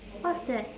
what's that